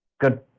good